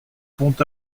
pont